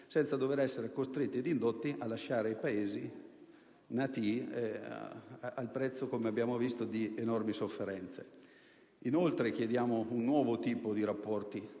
senza essere costretti o indotti a lasciare i Paesi natii, al prezzo - come abbiamo visto - di enormi sofferenze. Inoltre, chiediamo un nuovo tipo di rapporti